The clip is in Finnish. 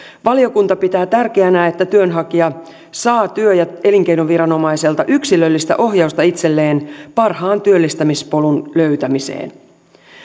valiokunta pitää tärkeänä että työnhakija saa työ ja elinkeinoviranomaiselta yksilöllistä ohjausta itselleen parhaan työllistämispolun löytämiseen